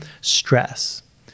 stress